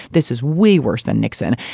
this is way worse than nixon.